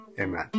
Amen